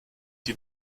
die